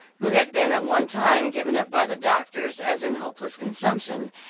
who had been at one time given up by the doctors as in hopeless consumption,